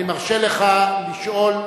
אני מרשה לך לשאול,